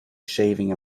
shaving